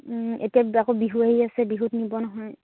এতিয়া আকৌ বিহু আহি আছে বিহুত নিব নহয়